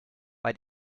bei